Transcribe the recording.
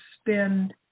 spend